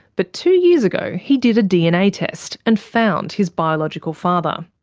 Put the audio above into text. but two years ago he did a dna test and found his biological father.